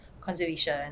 conservation